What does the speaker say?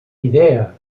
idea